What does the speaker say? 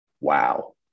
wow